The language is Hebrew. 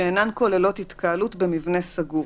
שאינן כוללות התקהלות במבנה סגור